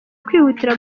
kwihutira